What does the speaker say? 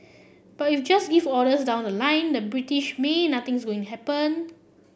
but if you just if orders down the line the British may nothing's going happen